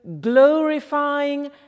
glorifying